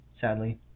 sadly